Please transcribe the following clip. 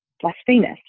blasphemous